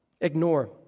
ignore